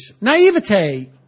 naivete